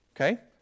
Okay